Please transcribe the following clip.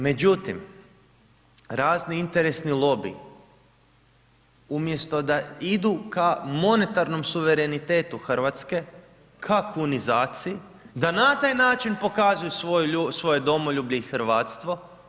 Međutim, razni interesni lobiji umjesto da idu ka monetarnom suverenitetu Hrvatske, ka kunizaciji, da na taj način pokazuju svoje domoljublje i hrvatstvo.